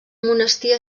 monestir